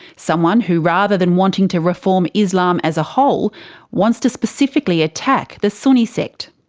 someone who rather than wanting to reform islam as a whole wants to specifically attack the sunni sect.